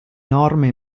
norme